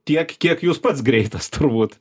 tiek kiek jūs pats greitas turbūt